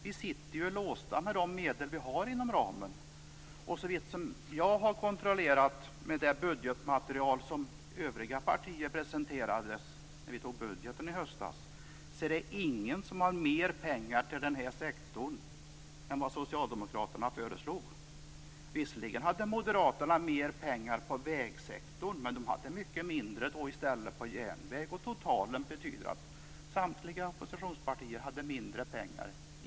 Vi är ju låsta med de medel som vi har inom ramen. Jag har kontrollerat med det budgetmaterial som övriga partier presenterade när budgeten antogs i höstas. Det är ingen som har mer pengar för den här sektorn än vad socialdemokraterna föreslog. Visserligen ville moderaterna lägga mer pengar på vägsektorn, men de ville i stället lägga mycket mindre pengar på järnvägar. Totalt betyder det att samtliga oppositionspartier ville anslå mindre pengar.